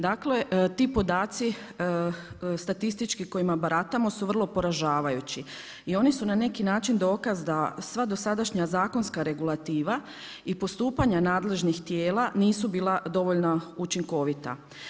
Dakle ti podaci statistički kojima baratamo su vrlo poražavajući i oni su na neki način dokaz da sva dosadašnja zakonska regulativa i postupanja nadležnih tijela nisu bila dovoljno učinkovita.